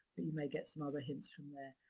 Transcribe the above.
but you may get some other hints from there.